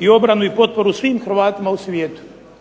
i obranu i potporu svim Hrvatima na svijetu.